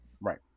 Right